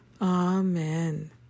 Amen